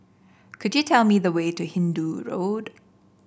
could you tell me the way to Hindoo Road